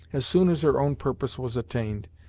as soon as her own purpose was attained,